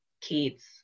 kids